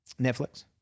Netflix